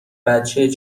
بچه